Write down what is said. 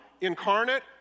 incarnate